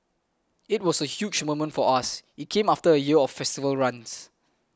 it was a huge moment for us it came after a year of festival runs